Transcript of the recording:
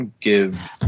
give